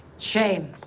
shame.